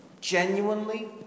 genuinely